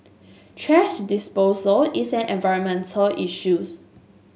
thrash disposal is an environmental issues